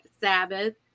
sabbath